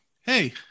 Hey